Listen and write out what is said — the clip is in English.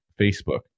Facebook